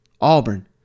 Auburn